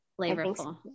flavorful